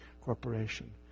corporation